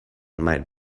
might